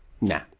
nah